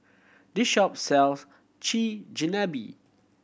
this shop sells Chigenabe